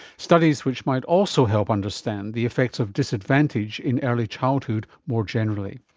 studies which might also help understand the effects of disadvantage in early childhood more generally.